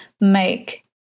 make